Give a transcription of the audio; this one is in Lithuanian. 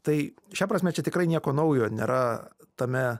tai šia prasme čia tikrai nieko naujo nėra tame